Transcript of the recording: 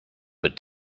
but